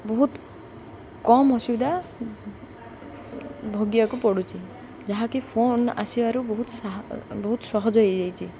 ବହୁତ କମ୍ ଅସୁବିଧା ଭୋଗିବାକୁ ପଡ଼ୁଛି ଯାହାକି ଫୋନ୍ ଆସିବାରୁ ବହୁତ ବହୁତ ସହଜ ହେଇଯାଇଛି